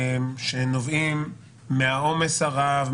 שנובעים מהעומס הרב,